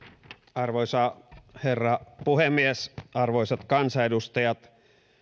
arvoisa herra puhemies arvoisat kansanedustajat